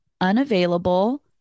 unavailable